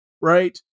Right